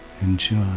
enjoy